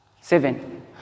Seven